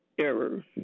error